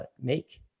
make